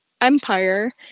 Empire